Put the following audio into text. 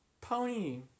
pony